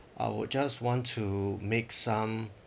I would just want to make some